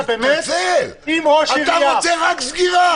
אתה רוצה רק סגירה.